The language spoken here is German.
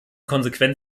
konsequent